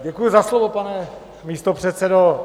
Děkuji za slovo, pane místopředsedo.